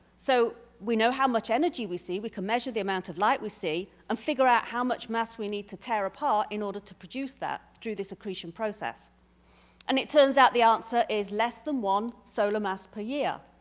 so we know how much energy we see, we can measure the amount of light we see and figure out how much mass we need to tear apart. in order to produce that through the secretion process and it turns out the answer is less than one solar mass per year.